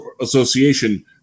association